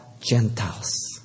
Gentiles